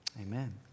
amen